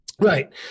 right